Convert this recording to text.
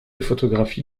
photographie